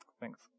thanks